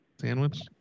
Sandwich